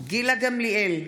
גילה גמליאל,